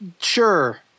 sure